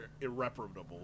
irreparable